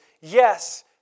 yes